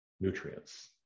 nutrients